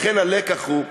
לכן הלקח הוא,